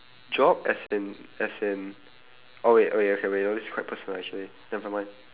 job as in as in oh wait wait oh wait okay this is quite personal actually never mind